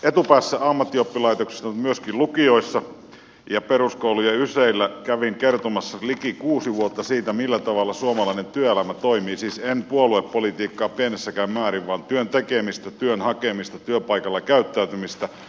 etupäässä ammattioppilaitoksissa mutta myöskin lukioissa ja peruskoulujen yseillä kävin kertomassa liki kuusi vuotta siitä millä tavalla suomalainen työelämä toimii siis en puoluepolitiikasta pienessäkään määrin vaan työn tekemisestä työn hakemisesta työpaikalla käyttäytymisestä